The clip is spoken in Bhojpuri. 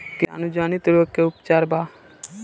कीटाणु जनित रोग के का उपचार बा?